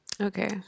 Okay